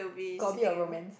got a bit of romance